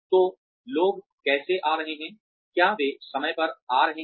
तो लोग कैसे आ रहे हैं क्या वे समय पर आ रहे हैं